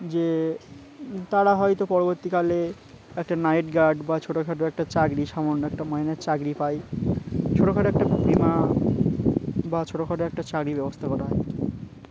যে তারা হয়তো পরবর্তীকালে একটা নাইট গার্ড বা ছোটো খাটো একটা চাকরি সামান্য একটা ময়নের চাকরি পায় ছোটো খাটো একটা বিমা বা ছোটো খাটো একটা চাকরির ব্যবস্থা করা হয়